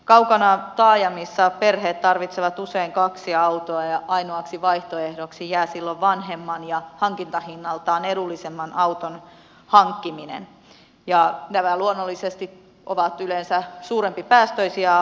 kaukana taajamissa perheet tarvitsevat usein kaksi autoa ja ainoaksi vaihtoehdoksi jää silloin vanhemman ja hankintahinnaltaan edullisemman auton hankkiminen ja nämä luonnollisesti ovat yleensä suurempipäästöisiä autoja